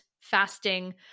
fasting